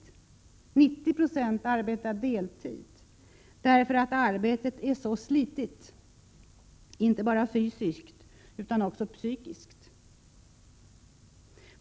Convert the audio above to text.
90 96 av dem arbetar deltid, därför att arbetet är slitsamt — inte bara fysiskt utan också psykiskt.